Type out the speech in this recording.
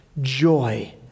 joy